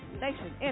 Nation